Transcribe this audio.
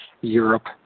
Europe